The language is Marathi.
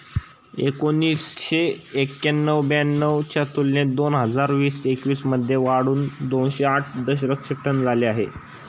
एकोणीसशे एक्क्याण्णव ब्याण्णव च्या तुलनेत दोन हजार वीस एकवीस मध्ये वाढून दोनशे आठ दशलक्ष टन झाले आहे